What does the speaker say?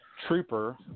Trooper